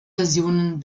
versionen